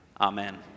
Amen